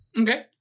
okay